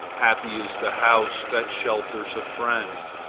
happy is the house that shelters a friend!